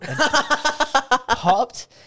popped